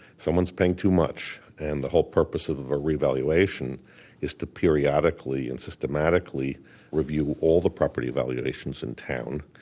someone's paying too much. and the whole purpose of of a revaluation is to periodically and systematically review all the property valuations in town,